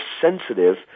sensitive